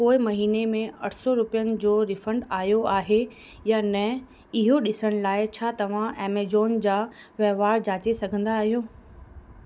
पोएं महीनो में अठ सौ रुपियनि जो रीफंड आयो आहे या न इहो ॾिसण लाइ छा तव्हां ऐमेजॉन जा वहिंवार जाचे सघंदा आहियो